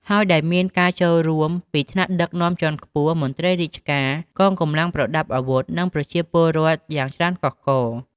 ហើយដែលមានការចូលរួមពីថ្នាក់ដឹកនាំជាន់ខ្ពស់ មន្ត្រីរាជការ កងកម្លាំងប្រដាប់អាវុធ និងប្រជាពលរដ្ឋយ៉ាងច្រើនកុះករ។